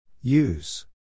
Use